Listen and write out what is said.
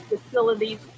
facilities